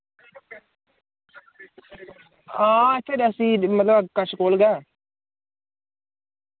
हां इत्थै रियासी मतलब कच्छ कोल गै